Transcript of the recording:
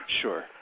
Sure